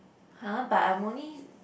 !huh! but I'm only